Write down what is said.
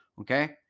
Okay